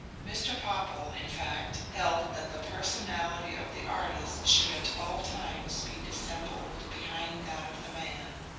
mr. popple, in fact, held that the personality of the artist should at all times be dissembled behind that of the man.